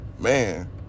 man